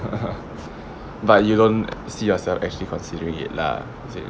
but you don't see yourself actually considering it lah is it